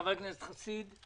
חבר הכנסת חסיד.